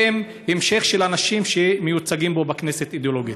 והם המשך של אנשים שמיוצגים פה בכנסת אידיאולוגית.